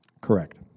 Correct